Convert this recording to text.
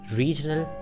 regional